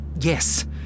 yes